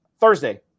Thursday